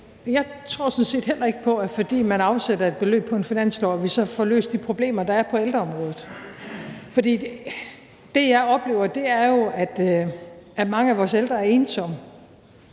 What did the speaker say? set heller ikke på, at vi, fordi man afsætter et beløb på en finanslov, så får løst de problemer, der er på ældreområdet. For det, jeg oplever, er jo, at mange af vores ældre er ensomme.